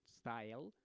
style